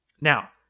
now